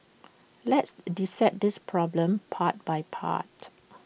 let's dissect this problem part by part